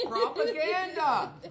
propaganda